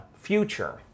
future